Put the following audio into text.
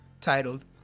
titled